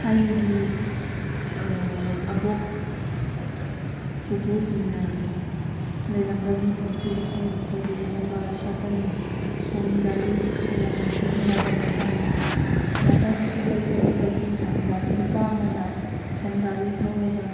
ꯊꯥꯏꯅꯒꯤ ꯑꯕꯣꯛ ꯄꯨꯄꯨꯁꯤꯡꯅ ꯂꯩꯔꯝꯕꯒꯤ ꯄꯨꯟꯁꯤ ꯑꯁꯤ ꯃꯈꯣꯏꯗꯤ ꯑꯌꯥꯝꯕ ꯁꯥꯏꯀꯜ ꯁꯟ ꯒꯥꯔꯤ ꯑꯁꯤ ꯑꯌꯥꯝꯕ ꯁꯤꯖꯤꯟꯅꯕ ꯃꯐꯝꯅꯤ ꯅꯥꯀꯟ ꯑꯁꯤꯗ ꯌꯦꯛꯂꯤꯕꯁꯤ ꯁꯟ ꯒꯥꯔꯤ ꯅꯨꯄꯥ ꯑꯃꯅ ꯁꯟ ꯒꯥꯔꯤ ꯊꯧꯔꯒ